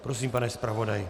Prosím, pane zpravodaji.